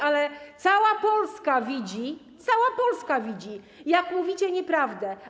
Ale cała Polska widzi, cała Polska widzi, jak mówicie nieprawdę.